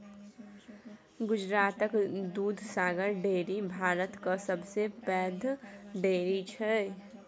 गुजरातक दुधसागर डेयरी भारतक सबसँ पैघ डेयरी छै